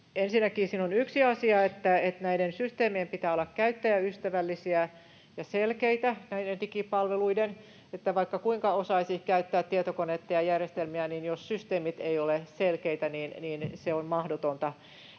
Ensinnäkin siinä on yksi asia, että näiden systeemien, näiden digipalveluiden, pitää olla käyttäjäystävällisiä ja selkeitä. Vaikka kuinka osaisi käyttää tietokonetta ja järjestelmiä, niin jos systeemit eivät ole selkeitä, niin se on mahdotonta.